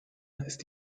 ist